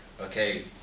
okay